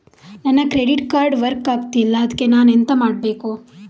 ನನ್ನ credit card work ಆಗ್ತಿಲ್ಲ ಅದ್ಕೆ ನಾನು ಎಂತ ಮಾಡಬೇಕು?